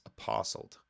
apostled